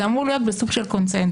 זה אמור להיות בסוג של קונצנזוס.